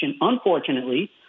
unfortunately